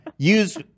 Use